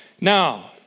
Now